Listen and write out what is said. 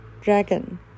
dragon